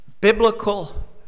biblical